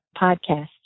podcast